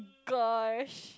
gosh